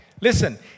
listen